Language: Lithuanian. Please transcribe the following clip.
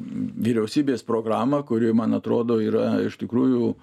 vyriausybės programą kuri man atrodo yra iš tikrųjų